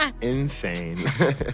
insane